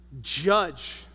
judge